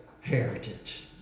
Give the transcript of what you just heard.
heritage